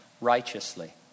righteously